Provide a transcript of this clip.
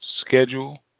schedule